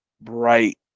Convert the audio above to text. bright